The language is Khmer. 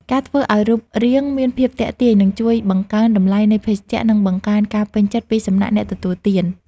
ការធ្វើឱ្យរូបរាងមានភាពទាក់ទាញនឹងជួយបង្កើនតម្លៃនៃភេសជ្ជៈ និងបង្កើនការពេញចិត្តពីសំណាក់អ្នកទទួលទាន។